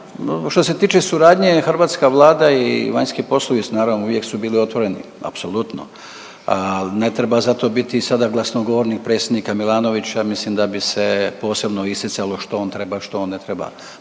Što se tiče suradnje hrvatska Vlada i vanjski poslovi su naravno uvijek su bili otvoreni, apsolutno. Ne treba zato biti sada glasnogovornik predsjednika Milanovića mislim da bi se posebno isticalo što on treba, što on ne treba.